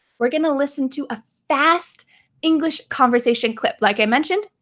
we're gonna listen to a fast english conversation clip like i mentioned.